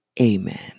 Amen